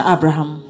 Abraham